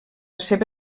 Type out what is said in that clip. seva